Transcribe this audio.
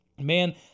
man